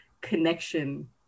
connection